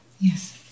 Yes